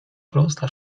prosta